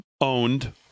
owned